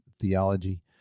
theology